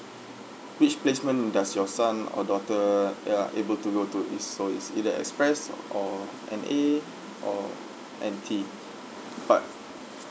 which placement does your son or daughter ya able to go to it's so it's either express or N_A or N_T but